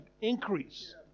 increase